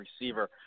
receiver